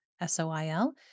S-O-I-L